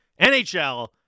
NHL